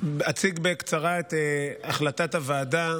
אציג בקצרה את החלטת הוועדה,